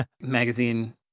magazine